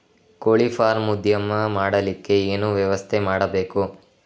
ಕೋಳಿ ಫಾರಂ ಉದ್ಯಮ ಮಾಡಲಿಕ್ಕೆ ಏನು ವ್ಯವಸ್ಥೆ ಮಾಡಬೇಕು?